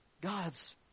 God's